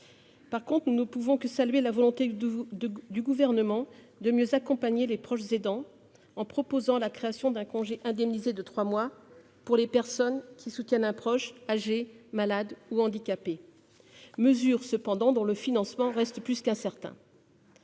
revanche, nous ne pouvons que saluer la volonté du Gouvernement de mieux accompagner les proches aidants, en proposant la création d'un congé indemnisé de trois mois pour les personnes qui soutiennent un proche âgé, malade ou handicapé. Le financement de cette mesure reste cependant plus qu'incertain.